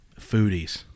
foodies